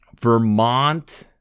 Vermont